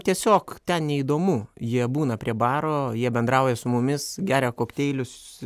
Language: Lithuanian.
tiesiog ten neįdomu jie būna prie baro jie bendrauja su mumis geria kokteilius